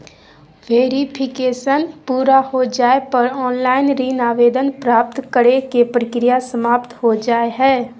verification पूरा हो जाय पर ऑनलाइन ऋण आवेदन प्राप्त करे के प्रक्रिया समाप्त हो जा हय